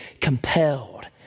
compelled